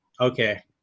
okay